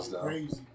crazy